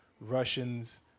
Russians